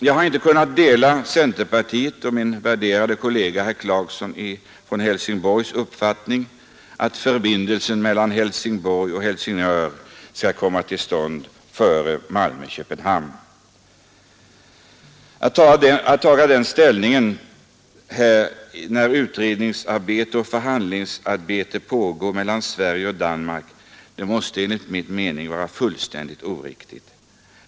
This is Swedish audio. Jag har inte kunnat dela centerpartiets och min värderade kollega herr Clarksons från Helsingborg uppfattning att förbindelsen Helsingborg-Helsingör skall komma till stånd före Malmö—Köpenhamn. Att ta den ställningen här när det pågår utredningsarbete och förhandlingar mellan Sverige och Danmark måste enligt min mening vara fullständigt oriktigt.